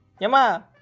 Yama